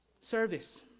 service